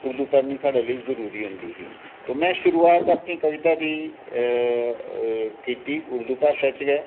उर्दू पढ़ना साढ़े लेई जरूरी होंदी ही तो में शुरूआत अपनी कविता दी कीती उर्दू भाशा च गै